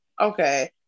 Okay